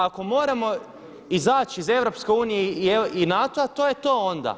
Ako moramo izaći iz EU i NATO-a to je to onda.